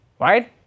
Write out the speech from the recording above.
right